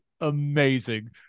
amazing